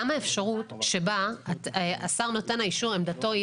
גם האפשרות שבה השר נותן האישור עמדתו היא